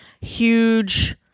huge